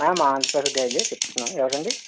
ma'am answer daily చెప్తున్నాం ఎవరండీ